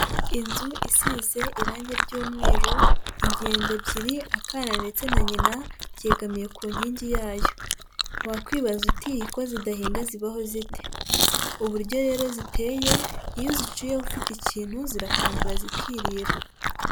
Inzu isize irange ry'umweru, ingende ebyiri akana ndetse na nyina byegamiye ku nkingi yayo, wakwibaza uti ko zidahinga zibaho zite? uburyo rero ziteye iyo uziciyeho ufite ikintu zirakwambura zikirira.